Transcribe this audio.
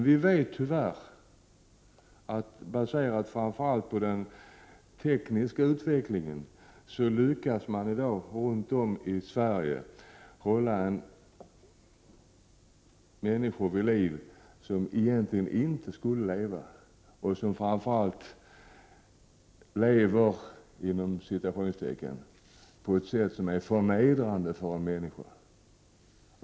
Vi vet tyvärr att man inom sjukvården, framför allt på grund av den tekniska utvecklingen, i dag runt om i Sverige lyckas hålla människor vid liv som egentligen inte skulle leva och som ”Ilever” på ett sätt som är förnedrande för en människa.